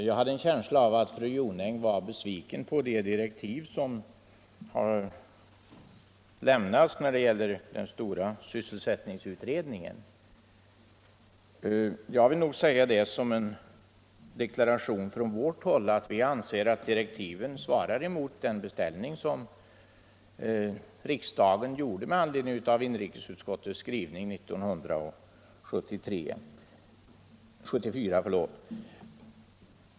Jag fick en känsla av att fru Jonäng var besviken på de direktiv som den stora sysselsättningsutredningen har fått, och därför vill jag som en deklaration från vårt håll säga att vi anser de direktiven svara mot den beställning som riksdagen gjorde med anledning av inrikesutskottets skrivning 1974.